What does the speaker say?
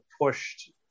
pushed